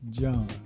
john